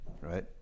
right